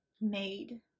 made